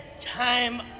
time